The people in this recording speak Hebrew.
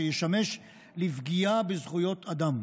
שישמש לפגיעה בזכויות אדם.